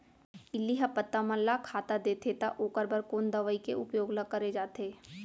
इल्ली ह पत्ता मन ला खाता देथे त ओखर बर कोन दवई के उपयोग ल करे जाथे?